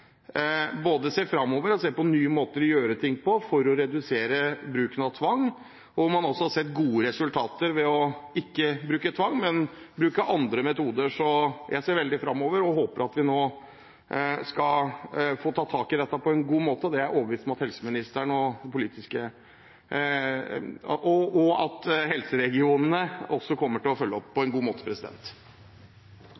både ser framover og ser på nye måter å gjøre ting på for å redusere bruken av tvang, og hvor man også har sett gode resultater ved ikke å bruke tvang, men bruke andre metoder. Så jeg ser framover og håper at vi nå skal få tatt tak i dette på en god måte. Det er jeg overbevist at helseministeren og også helseregionene kommer til å følge opp på